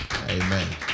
Amen